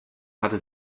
hatte